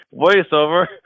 voiceover